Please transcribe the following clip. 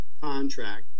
contract